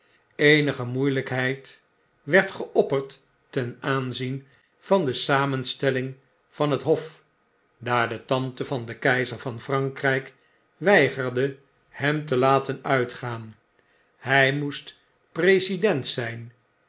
eenige moeilykheid werd geopperd ten aanzien van de samenstelling van het hof daar de tante van den keizer van erankryk weigerde hem te laten uitgaan hij moest president zyn